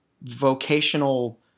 vocational